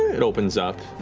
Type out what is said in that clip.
it opens up.